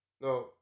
No